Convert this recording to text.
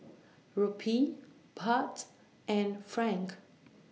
Rupee Baht and Franc